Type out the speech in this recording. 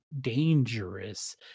dangerous